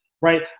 right